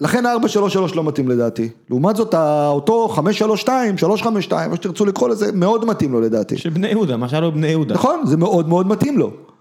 לכן 433 לא מתאים לדעתי, לעומת זאת, אותו 532, 352, מה שתרצו לקחו לזה, מאוד מתאים לו לדעתי. שבני יהודה, משהו על בני יהודה. נכון, זה מאוד מאוד מתאים לו.